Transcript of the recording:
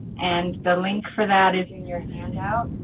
and the link for that is in your handout.